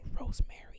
rosemary